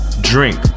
drink